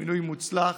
במינוי מוצלח.